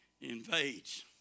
invades